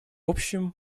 общем